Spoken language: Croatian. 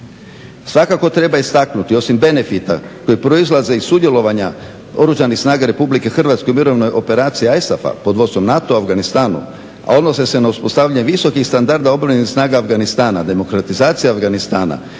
Svakako treba istaknuti osim benefita koji proizlaze iz sudjelovanja Oružanih snaga RepublikE Hrvatske u mirovnoj operaciji ISAF-a pod vodstvom NATO-a u Afganistanu, a odnose se na uspostavljanje visokih standarda obrambenih snaga Afganistana, demokratizacije Afganistana